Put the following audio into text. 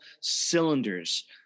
cylinders